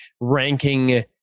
ranking